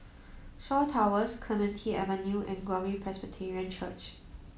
Shaw Towers Clementi Avenue and Glory Presbyterian Church